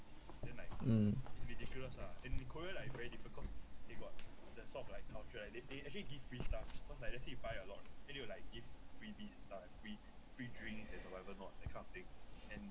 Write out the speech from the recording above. mm